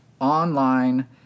online